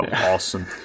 awesome